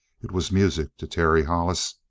it was music to terry hollis,